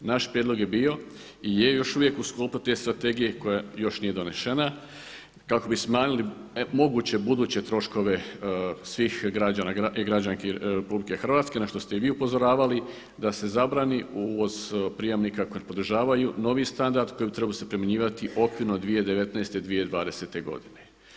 Naš prijedlog je bio i je još uvijek u sklopu te strategije koja još nije donesena, kako bi smanjili moguće buduće troškove svih građana i građanki RH na što ste i vi upozoravali da se zabrani uvoz prijemnika koji podržavaju novi standard koji bi trebao se primjenjivati okvirno 2019., 2020. godine.